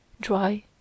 dry